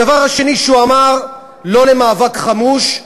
הדבר השני שהוא אמר: לא למאבק חמוש,